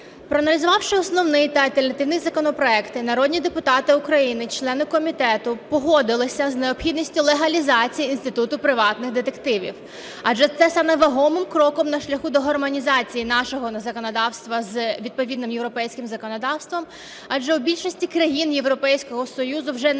проаналізувавши основний та альтернативний законопроекти, народні депутати України, члени комітету, погодилися з необхідністю легалізації інституту приватних детективів. Адже це є саме вагомим кроком на шляху до гармонізації нашого законодавства з відповідним європейським законодавством, адже в більшості країн Європейського Союзу вже наявне